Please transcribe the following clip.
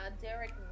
Derek